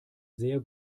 sehr